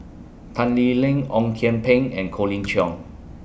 Tan Lee Leng Ong Kian Peng and Colin Cheong